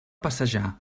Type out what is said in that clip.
passejar